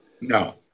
No